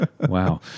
wow